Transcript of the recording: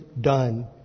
done